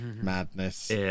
Madness